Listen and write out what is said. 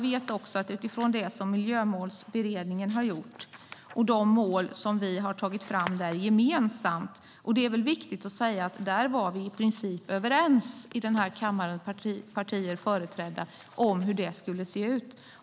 Det är viktigt att säga att vi partier här i kammaren i princip var överens om hur de mål som har tagits fram i Miljömålsberedningen skulle se ut.